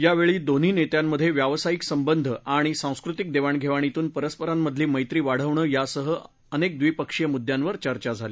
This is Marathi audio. यावछी दोन्ही नखींमध्यक्रिावसायिक संबंध णि सांस्कृतिक दक्षणघक्षीतून परस्परांमधली मैत्री वाढवणं यांसह अनक्षी द्विपक्षीय मुद्यांवर चर्चा झाली